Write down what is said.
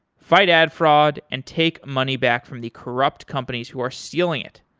fight ad fraud and take money back from the corrupt companies who are stealing it.